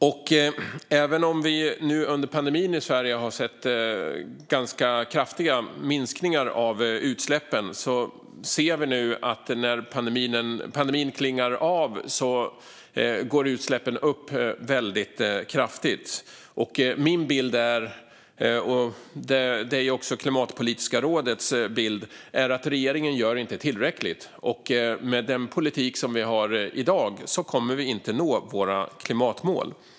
Även om vi under pandemin i Sverige har sett ganska kraftiga minskningar av utsläppen ser vi nu när pandemin klingar av att utsläppen går upp väldigt kraftigt. Min bild, och även Klimatpolitiska rådets bild, är att regeringen inte gör tillräckligt. Med den politik som vi har i dag kommer vi inte att nå våra klimatmål.